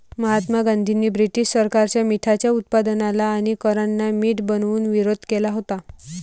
महात्मा गांधींनी ब्रिटीश सरकारच्या मिठाच्या उत्पादनाला आणि करांना मीठ बनवून विरोध केला होता